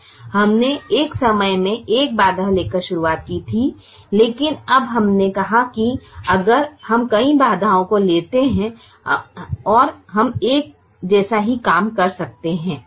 हमने एक समय में एक बाधा लेकर शुरुआत की थी लेकिन अब हमने कहा है कि अगर हम कई बाधाओं को लेते हैं और हम एक जैसा ही काम कर सकते हैं